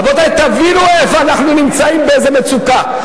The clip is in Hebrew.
רבותי, תבינו איפה אנחנו נמצאים, באיזה מצוקה.